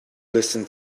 listen